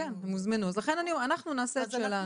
אז אנחנו נעשה את שלנו.